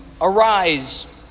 Arise